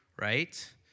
right